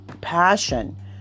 passion